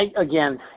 Again